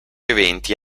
eventi